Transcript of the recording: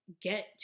get